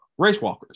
racewalkers